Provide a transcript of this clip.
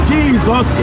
Jesus